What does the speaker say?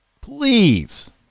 please